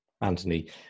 anthony